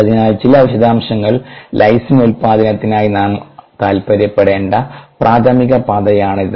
അതിനാൽ ചില വിശദാംശങ്ങൾ ലൈസിൻ ഉൽപാദനത്തിനായി നാം താൽപ്പര്യപ്പെടേണ്ട പ്രാഥമിക പാതയാണിത്